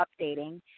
updating